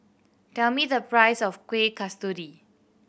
tell me the price of Kuih Kasturi